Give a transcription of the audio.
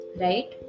right